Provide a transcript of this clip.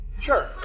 Sure